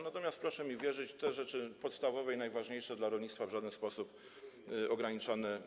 Natomiast, proszę mi wierzyć, te rzeczy podstawowe i najważniejsze dla rolnictwa w żaden sposób nie będą ograniczane.